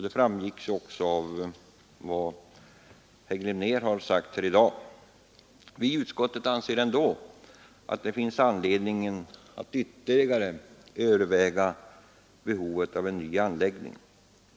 Det framgick ju också av vad herr Glimnér här anfört. Men vi anser ändå att det finns anledning att ytterligare överväga behovet av en ny anläggning.